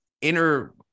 inner